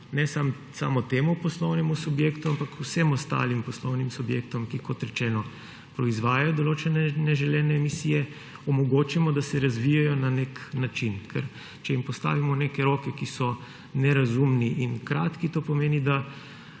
ne samo temu poslovnemu subjektu, ampak vsem ostalim poslovnim subjektom, ki kot rečeno, proizvajajo določene neželene emisije, omogočimo, da se razvijejo na nek način. Ker če jim postavimo neke roke, ki so nerazumni in kratki, to pomeni, se